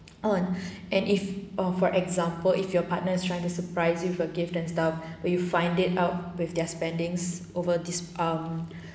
on and if ah for example if your partners trying to surprise you for give them stuff we find it out with their spendings over this um